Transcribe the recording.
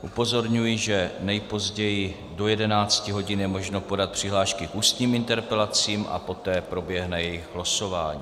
Upozorňuji, že nejpozději do 11 hodin je možno podat přihlášky k ústním interpelacím a poté proběhne jejich losování.